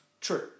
True